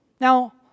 Now